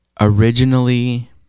originally